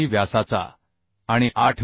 व्यासाचा आणि 8 मि